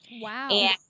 Wow